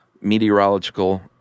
meteorological